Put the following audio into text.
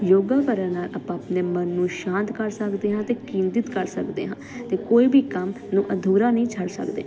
ਯੋਗਾ ਕਰਨ ਨਾਲ ਆਪਾਂ ਆਪਣੇ ਮਨ ਨੂੰ ਸ਼ਾਂਤ ਕਰ ਸਕਦੇ ਹਾਂ ਅਤੇ ਕੇਂਦਰਿਤ ਕਰ ਸਕਦੇ ਹਾਂ ਅਤੇ ਕੋਈ ਵੀ ਕੰਮ ਨੂੰ ਅਧੂਰਾ ਨਹੀਂ ਛੱਡ ਸਕਦੇ